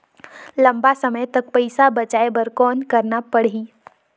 लंबा समय तक पइसा बचाये बर कौन करना पड़ही?